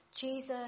Jesus